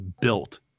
built